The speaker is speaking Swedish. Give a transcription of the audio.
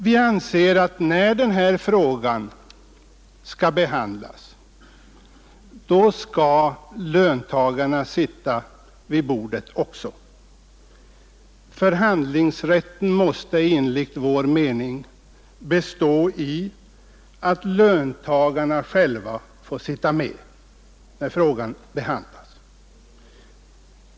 Vi anser att när den här frågan skall behandlas, skall också löntagarna sitta med vid bordet. Förhandlingsrätten måste enligt vår mening bestå i att löntagarna själva får vara med när frågan behandlas.